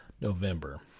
November